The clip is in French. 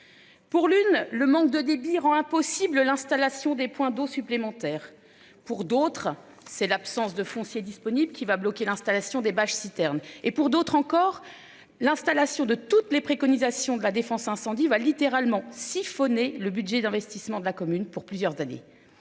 Pour l'une, le manque de débit rend impossible l'installation des points d'eau supplémentaires pour d'autres c'est l'absence de foncier disponible qui va bloquer l'installation des bâches citernes et pour d'autres encore. L'installation de toutes les préconisations de la défense incendie va littéralement siphonné le budget d'investissement de la commune pour plusieurs années.